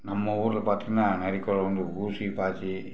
நம்ம ஊர்ல பார்த்தீங்கன்னா நரிக்குறவங்கள் ஊசி பாசி